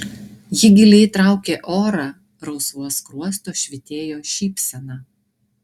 ji giliai traukė orą rausvuos skruostuos švytėjo šypsena